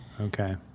Okay